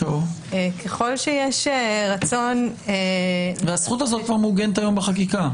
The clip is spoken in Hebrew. ככל שיש רצון --- הזכות הזאת כבר מעוגנת היום בחקיקה.